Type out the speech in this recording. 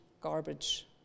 garbage